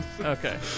Okay